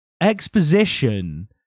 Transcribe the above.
Exposition